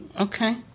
Okay